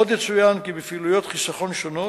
עוד יצוין כי בפעילויות חיסכון שונות,